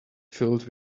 filled